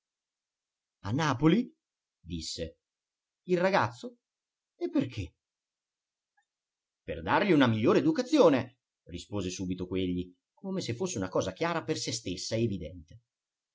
a napoli disse il ragazzo e perché per dargli una migliore educazione rispose subito quegli come se fosse una cosa chiara per se stessa evidente